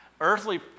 Earthly